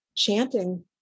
chanting